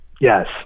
Yes